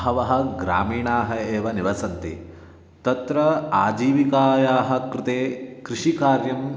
बहवः ग्रामीणाः एव निवसन्ति तत्र जीविकायाः कृते कृषिकार्यं